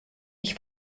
ich